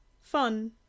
fun